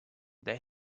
they